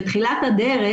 בתחילת הדרך,